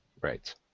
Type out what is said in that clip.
Right